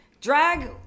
drag